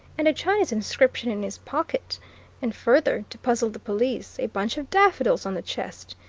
and a chinese inscription in his pocket and further, to puzzle the police, a bunch of daffodils on the chest.